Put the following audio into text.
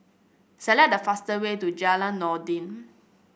select the fastest way to Jalan Noordin